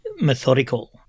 methodical